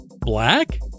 black